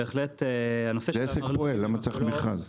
בהחלט הנושא --- זה עסק פועל, למה צריך מכרז?